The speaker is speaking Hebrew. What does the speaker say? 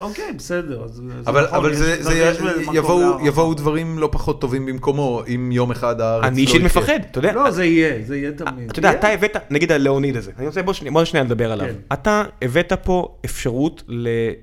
אוקיי בסדר... אבל זה... יבואו... יבואו דברים לא פחות טובים במקומו, אם יום אחד הארץ... אני אישית מפחד, אתה יודע? לא, זה יהיה, זה יהיה תמיד, זה יהיה. אתה יודע, אתה הבאת, נגיד הלאוניד הזה, אני רוצה... בוא לשנייה נדבר עליו. אתה הבאת פה אפשרות ל...